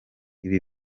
ibi